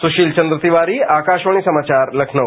सुशील चन्द्र तिवारी आकाशवाणी समाचार लखनऊ